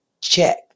check